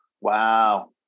Wow